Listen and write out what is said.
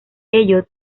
ello